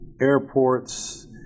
airports